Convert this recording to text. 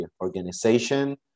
Organization